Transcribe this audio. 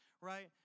right